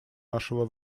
нашего